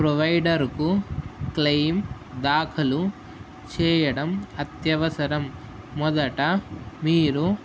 ప్రొవైడర్కు claim దాఖలు చేయడం అత్యవసరం మొదట మీరు